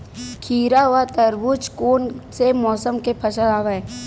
खीरा व तरबुज कोन से मौसम के फसल आवेय?